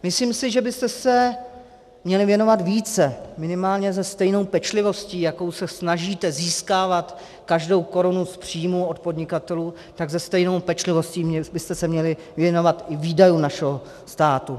Myslím si, že byste se měli věnovat více minimálně se stejnou pečlivostí, s jakou se snažíte získávat každou korunu v příjmu od podnikatelů, tak se stejnou pečlivostí byste se měli věnovat i výdajům našeho státu.